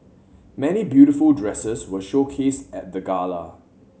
many beautiful dresses were showcased at the gala